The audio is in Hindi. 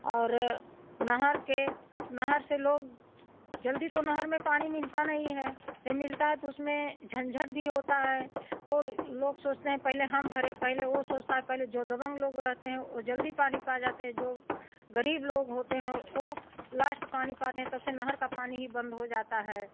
और नहर के नहर से लोग जल्दी तो नहर में पानी मिलता नहीं हैं जब मिलता हैं तो उसमें झंझट भी होता है वो लोग सोचते हैं पहले हम भरें पहले वो सोचता है जो दबंग लोग रहते हैं वो जल्दी पानी पा जाते हैं जो गरीब लोग होते हैं वो लॉस्ट पानी पाते हैं तब से नहर का ही बंद हो जाता हैं